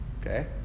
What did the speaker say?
Okay